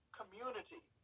community